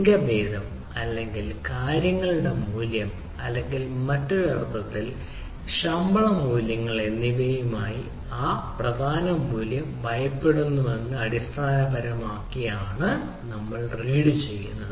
ലിംഗഭേദം അല്ലെങ്കിൽ കാര്യങ്ങളുടെ മൂല്യം അല്ലെങ്കിൽ മറ്റൊരു അർത്ഥത്തിൽ ലിംഗഭേദം ശമ്പള മൂല്യങ്ങൾ എന്നിവയുമായി ലിംഗഭേദം അല്ലെങ്കിൽ ആ പ്രധാന മൂല്യം ഭയപ്പെടുന്നുവെന്ന് അടിസ്ഥാനപരമായി റീഡ് ചെയ്യുന്നത്